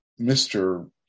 Mr